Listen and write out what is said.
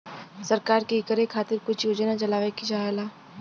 सरकार के इकरे खातिर कुछ योजना चलावे के चाहेला